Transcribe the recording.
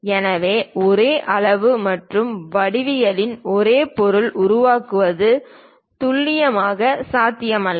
எனவே ஒரே அளவு மற்றும் வடிவவியலின் ஒரே பொருளை உருவாக்குவது துல்லியமாக சாத்தியமில்லை